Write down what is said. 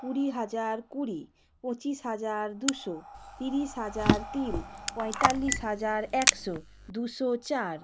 কুড়ি হাজার কুড়ি পঁচিশ হাজার দুশো তিরিশ হাজার তিন পঁয়তাল্লিশ হাজার একশো দুশো চার